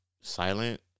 silent